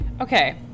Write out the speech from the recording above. Okay